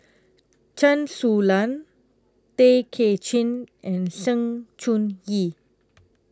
Chen Su Lan Tay Kay Chin and Sng Choon Yee